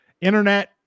internet